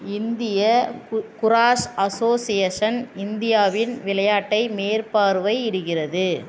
இந்திய கு குராஸ் அசோசியேஷன் இந்தியாவின் விளையாட்டை மேற்பார்வையிடுகிறது